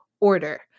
order